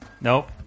Nope